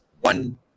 one